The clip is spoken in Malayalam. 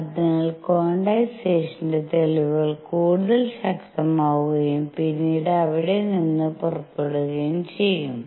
അതിനാൽ ക്വാണ്ടൈസേഷന്റെ തെളിവുകൾ കൂടുതൽ ശക്തവുമാവുകയും പിന്നീട് അവിടെ നിന്ന് പുറപ്പെടുകയും ചെയ്യും